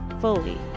fully